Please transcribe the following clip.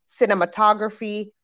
cinematography